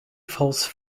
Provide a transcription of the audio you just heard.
false